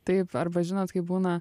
taip arba žinot kaip būna